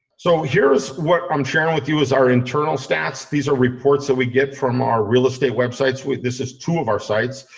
so here's what i'm sharing with you is our internal stats, these are reports that we get from our real estate websites with this is two of our sites,